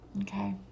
Okay